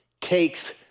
takes